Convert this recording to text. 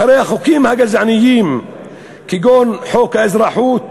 אחרי החוקים הגזעניים כגון חוק האזרחות